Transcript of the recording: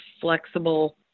flexible